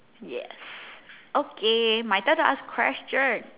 yes okay my turn to ask question